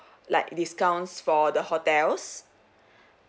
like discounts for the hotels